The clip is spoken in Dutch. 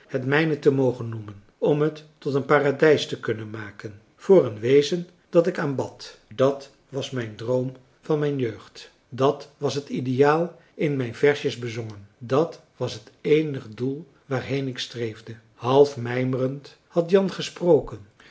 het mijne te mogen noemen om het tot een paradijs te kunnen maken voor een wezen dat ik aanbad dat was de droom van mijn jeugd dat was het ideaal in mijn versjes bezongen dat was het eenig doel waarheen ik streefde half mijmerend had jan gesproken